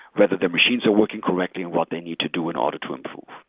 whether their machines are working correctly and what they need to do in order to improve.